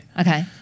Okay